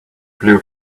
blue